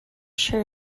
sure